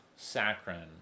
saccharin